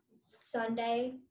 Sunday